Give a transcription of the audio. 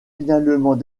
finalement